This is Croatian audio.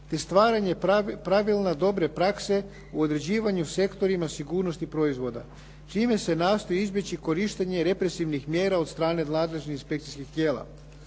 te stvaranje pravilne, dobre prakse u određivanju sektora sigurnosti proizvoda čime se nastoji izbjeći korištenje represivnih mjera od strane nadležnih inspekcijskih tijela,